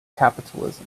capitalism